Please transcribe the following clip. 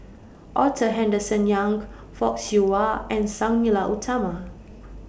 Arthur Henderson Young Fock Siew Wah and Sang Nila Utama